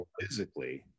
physically